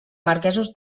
marquesos